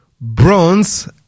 bronze